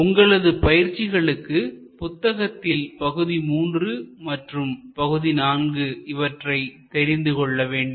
உங்களது பயிற்சிகளுக்கு புத்தகத்தில் பகுதி 3 மற்றும் பகுதி 4 இவற்றை தெரிந்து கொள்ள வேண்டும்